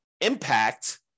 impact